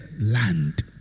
land